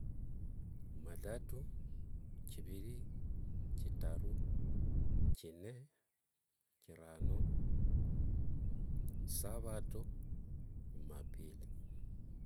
Jumatatu, chiviri, thitaru, thine, thirano, khusavhato, jumapili.